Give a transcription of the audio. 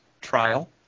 trial